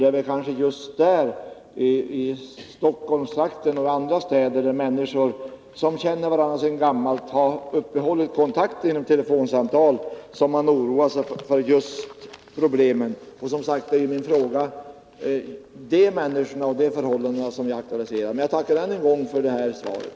Det är kanske just i Stockholmstrakten och i andra städer, där människor som känner varandra sedan gammalt har uppehållit kontakten genom telefonsamtal, som man oroar sig för problemen. Som sagt: Det är de människorna och de förhållandena som jag aktualiserar i min fråga. Jag tackar än en gång för svaret.